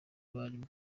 barimo